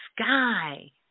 sky